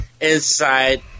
inside